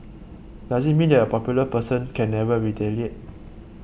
does it mean that a popular person can never retaliate